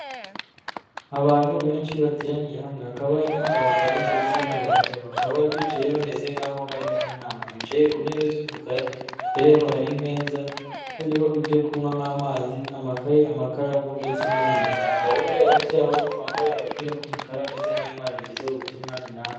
Abantu benshi bateraniye hamwe, hakaba harimo abagabo ndetse n'abagore bakaba bicaye bameze nk'aho bari mu nama, bicaye ku ntebe z'umukara, imbere yabo hari meza iriho ibyo kunywa nk'amazi, amakaye, amakaramu ndetse n'ibindi hari umugabo uri hagati yabo bambaye agapira k'umukara, umeze nk'aho ari kubagezaho ubutumwa runaka.